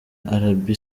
arabie